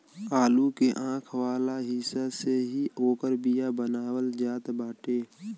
आलू के आंख वाला हिस्सा से ही ओकर बिया बनावल जात बाटे